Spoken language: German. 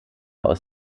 aus